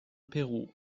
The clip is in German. peru